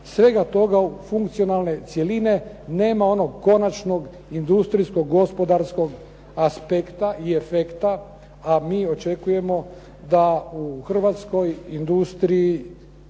svega toga u funkcionalne cjeline nema onog konačnog industrijskog, gospodarskog aspekta i efekta a mi očekujemo da u Hrvatskoj industriji